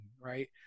right